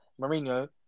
Mourinho